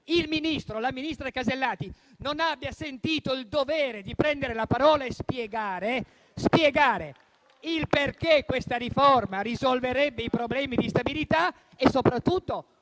la ministra Alberti Casellati non abbia sentito il dovere di prendere la parola e spiegare perché questa riforma risolverebbe i problemi di stabilità e, soprattutto,